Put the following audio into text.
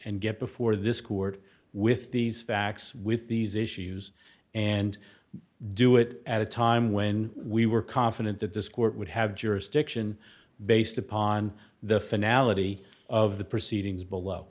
and get before this court with these facts with these issues and do it at a time when we were confident that this court would have jurisdiction based upon the finale of the proceedings below